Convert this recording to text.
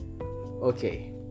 okay